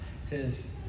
says